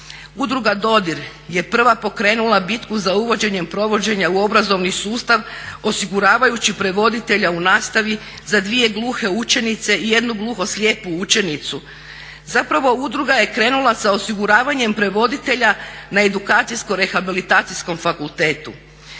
Udruga Dodir je prva pokrenula bitku za uvođenjem provođenja u obrazovni sustav osiguravajući prevoditelja u nastavi za dvije gluhe učenice i jednu gluhoslijepu učenicu. Zapravo udruga je krenula sa osiguravanjem prevoditelja na Edukacijsko-rehabilitacijskom fakultetu.